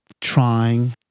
trying